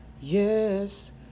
yes